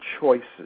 choices